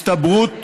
הסתברות